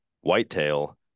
whitetail